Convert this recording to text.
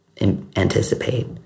anticipate